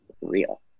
real